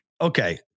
Okay